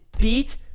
beat